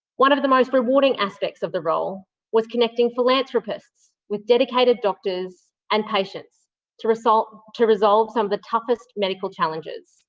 one of the most rewarding aspects of the role was connecting philanthropists with dedicated doctors and patients to resolve to resolve some of the toughest medical challenges.